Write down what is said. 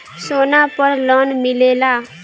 सोना पर लोन मिलेला?